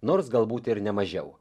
nors galbūt ir ne mažiau